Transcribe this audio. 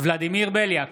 ולדימיר בליאק,